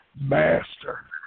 master